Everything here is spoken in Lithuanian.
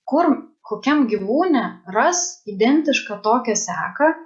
kur kokiam gyvūne ras identišką tokią seką